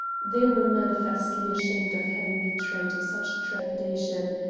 they were manifestly ashamed of having betrayed such trepidation,